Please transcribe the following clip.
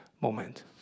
moment